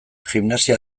gimnasia